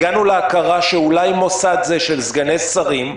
"--- הגענו להכרה שאולי מוסד זה של סגני שרים,